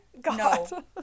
god